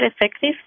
effective